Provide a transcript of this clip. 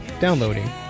downloading